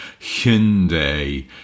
Hyundai